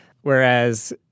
Whereas